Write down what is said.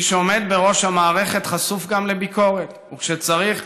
מי שעומד בראש המערכת חשוף גם לביקורת, וכשצריך,